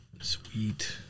Sweet